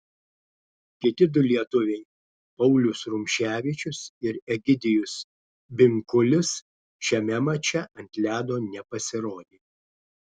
kiti du lietuviai paulius rumševičius ir egidijus binkulis šiame mače ant ledo nepasirodė